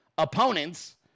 Opponents